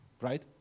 right